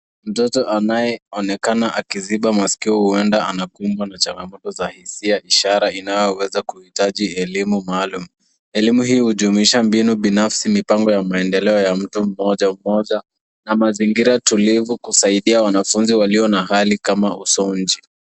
Mtoto anayeonekana akiziba masikio huenda anakumbwa na changamoto za hisia, ishara inayoweza kuhitaji elimu maalum. Elimu hii hujumuisha mbinu binafsi, mipango ya maendeleo ya mtu mmoja mmoja na mazingira tulivu kusaidia wanafunzi walio na hali kama usunji.